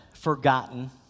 forgotten